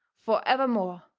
forevermore,